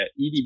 EDB